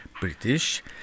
British